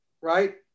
right